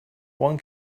one